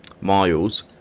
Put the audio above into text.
Miles